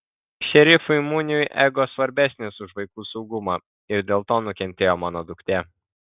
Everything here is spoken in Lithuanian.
šerifui muniui ego svarbesnis už vaikų saugumą ir dėl to nukentėjo mano duktė